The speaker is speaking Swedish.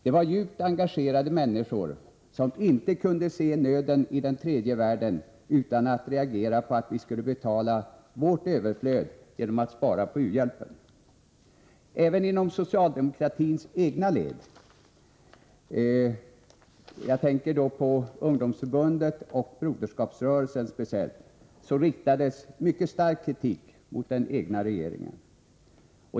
Det var djupt engagerade människor som inte kunde se nöden i den tredje världen utan att reagera mot att vi skulle betala vårt överflöd genom att spara på u-hjälpen. Även inom socialdemokratins egna led — jag tänker då speciellt på ungdomsförbundet och Broderskapsrörelsen — riktades mycket stark kritik mot den egna regeringen.